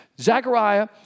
Zachariah